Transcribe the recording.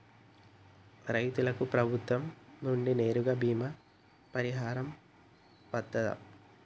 రైతులకు ప్రభుత్వం నుండి నేరుగా బీమా పరిహారం వత్తదా?